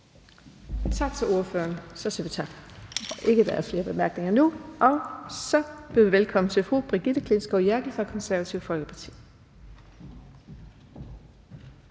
tak til ordføreren. Der er ikke flere korte bemærkninger nu. Og så byder vi velkommen til fru Brigitte Klintskov Jerkel fra Det Konservative Folkeparti.